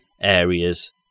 areas